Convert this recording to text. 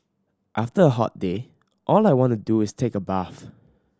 after a hot day all I want to do is take a bath